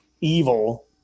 evil